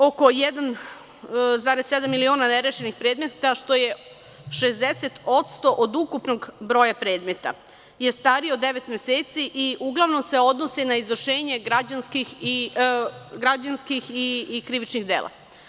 Oko 1,7 miliona nerešenih predmeta, što je 60% od ukupnog broja predmeta je stariji od devet meseci i uglavnom se odnose na izvršenje građanskih i krivičnih dela.